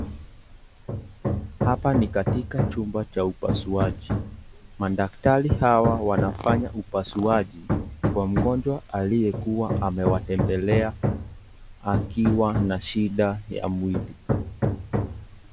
Hapa ni katika chumba cha upasuaji . Madaktari hawa wanafanya upasuaji kwa mgonjwa aliyekuwa amewatembelea akiwa na shida ya mwili.